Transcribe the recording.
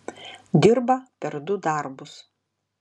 dirba per du darbus